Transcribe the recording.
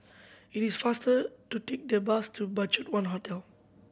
it is faster to take the bus to BudgetOne Hotel